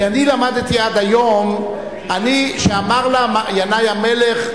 כי אני למדתי עד היום שאמר לה ינאי המלך,